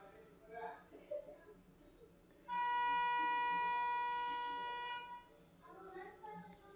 ಗಟ್ಟಿ ಕಟಗಿ ಹೊಂದಿರು ಮರಾ ದಪ್ಪ ಬಾಳ ಇರತಾವ ಬಾಳದಿನಾ ತಾಳಕಿ ಬರತಾವ